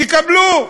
תקבלו.